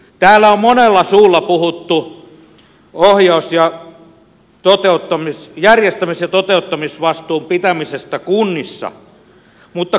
täällä on monella suulla puhuttu järjestämis ja toteuttamisvastuun pitämisestä kunnissa mutta kysyn